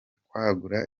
kwagura